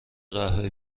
قهوه